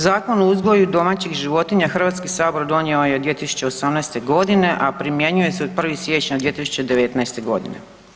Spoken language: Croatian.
Zakon o uzgoju domaćih životinja Hrvatski sabor donio je 2018. g. a primjenjuje se od 1. siječnja 2019. godine.